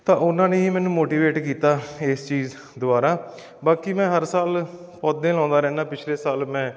ਤਾਂ ਉਹਨਾਂ ਨੇ ਹੀ ਮੈਨੂੰ ਮੋਟੀਵੇਟ ਕੀਤਾ ਇਸ ਚੀਜ਼ ਦੁਆਰਾ ਬਾਕੀ ਮੈਂ ਹਰ ਸਾਲ ਪੌਦੇ ਲਾਉਂਦਾ ਰਹਿੰਦਾ ਪਿਛਲੇ ਸਾਲ ਮੈਂ